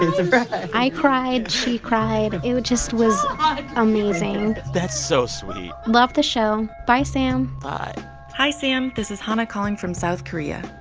ah but i cried. she cried. it just was amazing that's so sweet love the show. bye, sam bye hi, sam. this is hannah calling from south korea.